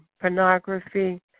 pornography